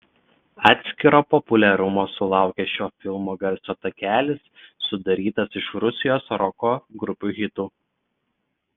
atskiro populiarumo sulaukė šio filmo garso takelis sudarytas iš rusijos roko grupių hitų